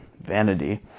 vanity